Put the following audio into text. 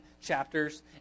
chapters